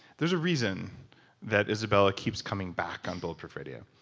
there's a reason that isabella keeps coming back on bulletproof radio.